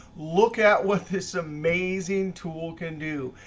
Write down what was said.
look at what this amazing tool can do.